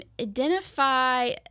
identify